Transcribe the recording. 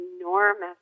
enormous